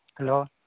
hello